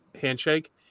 handshake